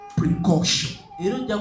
precaution